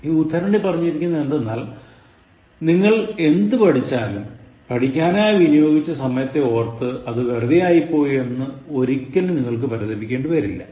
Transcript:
ഈ ഉദ്ധരണിയിൽ പറഞ്ഞിരിക്കുന്നതെന്തെനാൽ നിങ്ങൾ എന്ത് പഠിച്ചാലും പഠിക്കാനായി വിനിയോഗിച്ച സമയത്തെയോർത്ത് അത് വെറുതെയായിപ്പോയി എന്ന് ഒരിക്കലും നിങ്ങൾക്കു പരിതപിക്കേണ്ടി വരില്ല